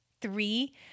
Three